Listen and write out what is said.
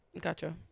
Gotcha